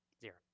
Zero